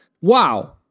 Wow